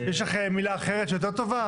יש לך מילה אחרת שהיא יותר טובה?